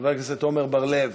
חבר הכנסת עמר בר-לב,